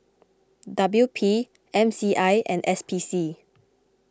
W P M C I and S P C